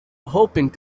hoping